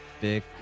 big